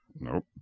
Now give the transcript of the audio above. Nope